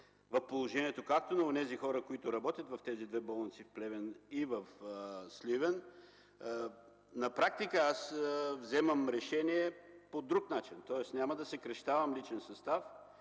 в положението на хората, които работят в тези две болници в Плевен и в Сливен, на практика аз вземам решение по друг начин: няма да съкращавам личен състав,